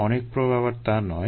অনেক প্রোব আবার তা নয়